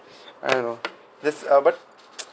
I don't know this uh but